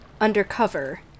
undercover